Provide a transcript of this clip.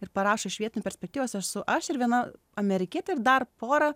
ir parašo iš vietinės perspektyvos perspektyvos esu aš ir viena amerikietė ir dar pora